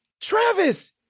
Travis